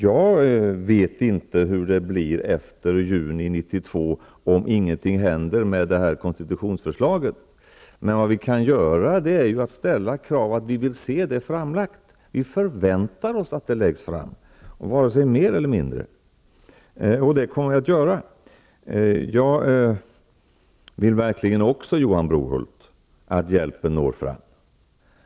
Jag vet inte hur det kommer att bli efter juni 1992 om ingenting händer med förslaget till ny konstitution. Men vi kan ställa krav på att få se ett förslag, dvs. att vi förväntar oss att det läggs fram -- inte vare sig mer eller mindre. Det kommer vi att göra. Jag vill också, Johan Brohult, att hjälpen når fram.